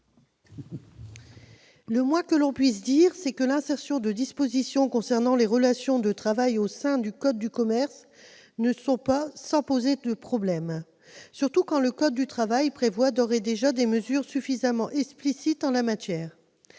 Le moins que l'on puisse dire, c'est que l'insertion de dispositions concernant les relations de travail au sein du code de commerce n'est pas sans poser problème, surtout quand le code du travail comporte déjà des mesures suffisamment explicites en la matière.